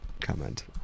comment